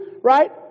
right